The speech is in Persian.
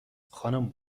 خانم